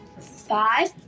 Five